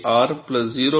33R0